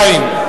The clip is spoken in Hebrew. אין.